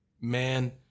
man